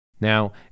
Now